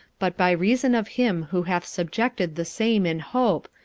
but by reason of him who hath subjected the same in hope,